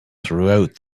throughout